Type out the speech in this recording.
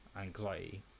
anxiety